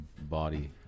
body